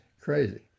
crazy